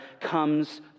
comes